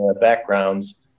backgrounds